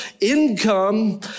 Income